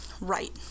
right